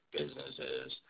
businesses